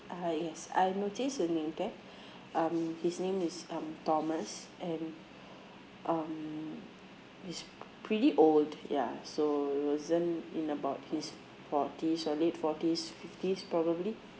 uh yes I notice his name tag um his name is um thomas and um he's pretty old ya so wasn't in about his forties or late forties fifties probably